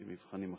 מבחנים אחרים.